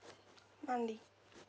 monthly